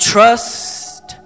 Trust